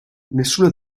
nessuna